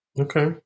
Okay